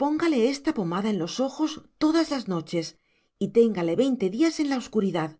póngale esta pomada en los ojos todas las noches y téngale veinte días en la oscuridad